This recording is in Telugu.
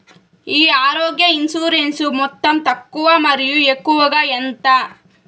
ఈ ఆరోగ్య ఇన్సూరెన్సు మొత్తం తక్కువ మరియు ఎక్కువగా ఎంత?